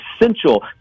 essential